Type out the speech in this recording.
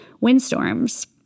windstorms